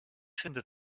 findet